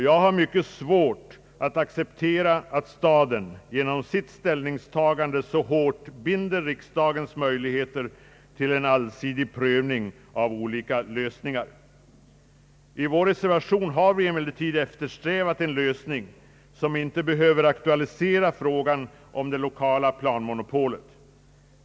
Jag har mycket svårt att acceptera att staden genom sitt ställningstagande så hårt binder riksdagens möjligheter att allsidigt pröva olika lösningar. I vår reservation har vi emellertid eftersträvat en lösning som inte behöver aktualisera frågan om det lokala planmonopolet.